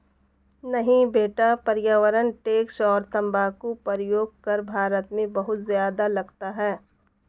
नहीं बेटा पर्यावरण टैक्स और तंबाकू प्रयोग कर भारत में बहुत ज्यादा लगता है